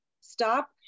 Stop